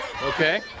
Okay